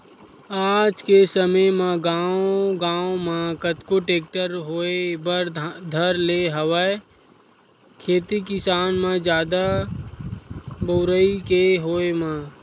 आज के समे म गांव गांव म कतको टेक्टर होय बर धर ले हवय खेती किसानी म जादा बउरई के होय म